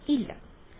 വിദ്യാർത്ഥി ഇല്ല